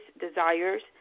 desires